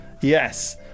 Yes